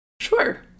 Sure